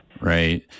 Right